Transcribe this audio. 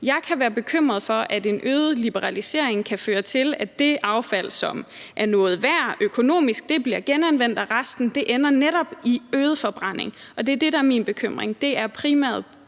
Jeg kan være bekymret for, at en øget liberalisering kan føre til, at det affald, som er noget værd økonomisk, bliver genanvendt, og at resten ender i netop øget forbrænding. Og det er det, der er min bekymring – det er primært